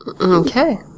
Okay